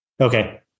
Okay